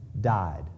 died